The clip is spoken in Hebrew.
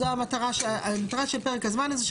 זו המטרה של פרק הזמן הזה.